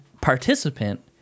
participant